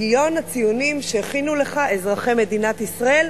גיליון הציונים שהכינו לך אזרחי מדינת ישראל,